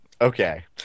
Okay